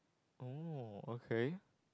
oh okay